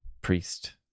priest